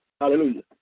Hallelujah